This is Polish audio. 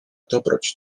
dobroć